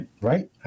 right